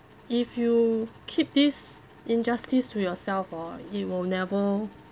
if you keep this injustice to yourself hor it will never